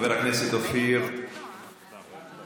חבר הכנסת אופיר כץ.